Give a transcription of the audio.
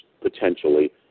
potentially